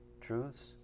truths